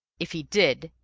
if he did,